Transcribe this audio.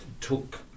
took